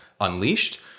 unleashed